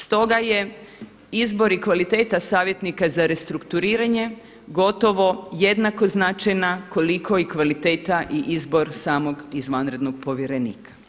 Stoga je izbor i kvaliteta savjetnika za restrukturiranje gotovo jednako značajna koliko i kvaliteta i izbor samog izvanrednog povjerenika.